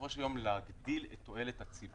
בסופו של יום להגדיל את תועלת הציבור,